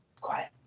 quiet